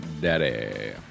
daddy